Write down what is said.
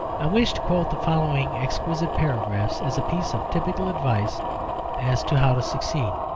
i wish to quote the following exquisite paragraphs as a piece of typical advice as to how to succeed.